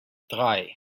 drei